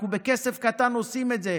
אנחנו בכסף קטן עושים את זה.